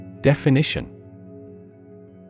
Definition